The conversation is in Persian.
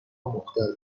مختل